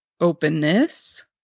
openness